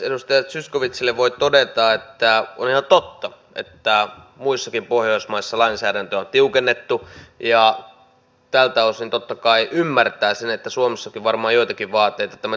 edustaja zyskowiczille voi todeta että on ihan totta että muissakin pohjoismaissa lainsäädäntöä on tiukennettu ja tältä osin totta kai ymmärtää sen että suomessakin varmaan joitakin vaateita tämän tiukentamisen suhteen on